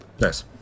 Nice